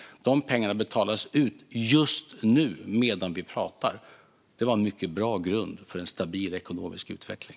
De pengarna betalas ut just nu, medan vi pratar. Detta är en mycket bra grund för en stabil ekonomisk utveckling.